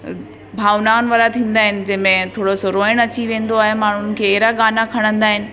भावनाउनि वारा थींदा आहिनि जंहिं में थोरोसो रोयण अची वेंदो आहे माण्हुनि खे अहिड़ा गाना खणंदा आहिनि